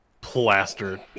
plastered